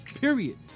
Period